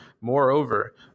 Moreover